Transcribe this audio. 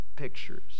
pictures